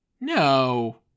no